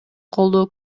колдоо